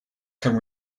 can